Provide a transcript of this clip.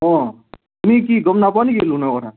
অঁ তুমি কি গম নোপোৱা নেকি লোনৰ কথা